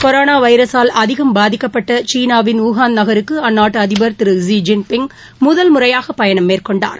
corona வைரஸால் அதிகம் பாதிக்கப்பட்ட சீனாவின் உஹான் நகருக்கு அந்நாட்டு அதிபர் திரு ஜி ஸின் பிங் முதல் முறையாக பயணம் மேற்கொண்டார்